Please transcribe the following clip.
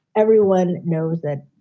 everyone knows that,